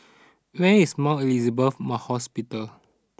where is Mount Elizabeth Mah Hospital